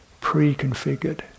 pre-configured